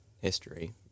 history